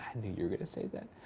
and knew you were gonna say that.